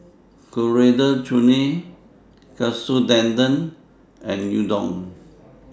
Coriander Chutney Katsu Tendon and Udon